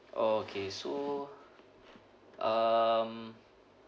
okay so um